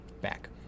back